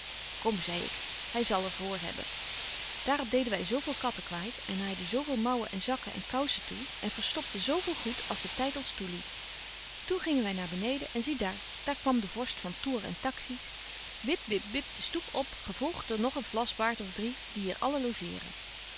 kom zei ik hy zal ervoor hebben daar op deden wy zo veel kattekwaad en naaiden zo veel mouwen en zakken en koussen toe en verstopten zo veel goed als de tyd betje wolff en aagje deken historie van mejuffrouw sara burgerhart ons toeliet toen gingen wy naar beneden en zie daar daar kwam de vorst van tour en taxis wip wip wip den stoep op gevolgt door nog een vlasbaard of drie die hier alle logeeren